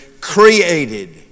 created